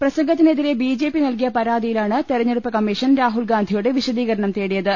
പ്രസംഗത്തിനെതിരെ B J P നൽകിയ പരാതിയിലാണ് തെരഞ്ഞെടുപ്പ് കമ്മീഷൻ രാഹുൽഗാന്ധിയോട് വിശദീകരണം തേടിയത്